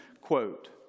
quote